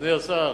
אדוני השר,